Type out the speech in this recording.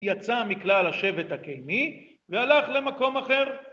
יצא מכלל השבט הקיני והלך למקום אחר.